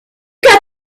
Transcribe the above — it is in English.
got